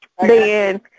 then-